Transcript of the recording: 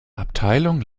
abteilung